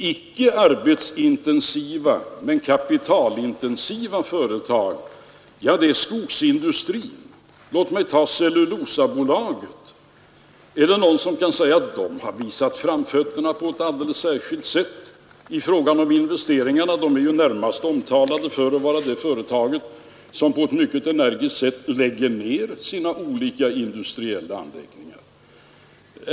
Icke arbetsintensiva men kapitalintensiva företag har vi inom skogsindustrin. Låt mig ta Cellulosabolaget som exempel. Är det någon som kan säga att det har visat framfötterna på ett alldeles särskilt sätt i fråga om investeringar? Det företaget är närmast omtalat för att vara det som på mycket energiskt sätt lägger ned sina olika industriella anläggningar.